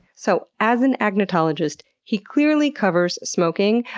so as an agnotologist, he clearly covers smoking,